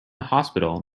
hospital